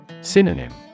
Synonym